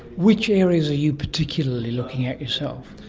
which areas are you particularly looking at yourself?